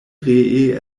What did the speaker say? ree